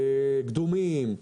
קדומים.